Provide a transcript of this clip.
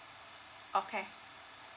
okay